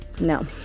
no